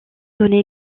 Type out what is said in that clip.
donné